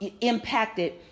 impacted